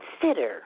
consider